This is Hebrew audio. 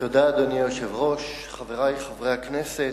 אדוני היושב-ראש, חברי חברי הכנסת,